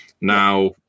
now